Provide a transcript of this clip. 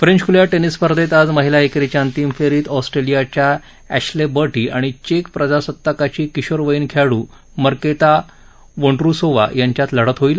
French खुल्या tennis स्पर्धेत आज महिला एकेरीच्या अंतिम फेरीत ऑस्ट्रेलियाच्या अध्रिं बर्टी आणि चेक प्रजासत्ताकाची किशोरवयीन खेळाडू मर्केता वोन्डरुसोवा यांच्यात लढत होईल